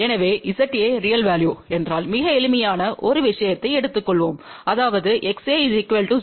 எனவே ZA real value என்றால் மிக எளிமையான ஒரு விஷயத்தை எடுத்துக் கொள்வோம் அதாவது XA 0